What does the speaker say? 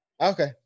okay